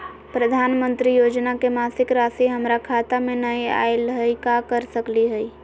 प्रधानमंत्री योजना के मासिक रासि हमरा खाता में नई आइलई हई, का कर सकली हई?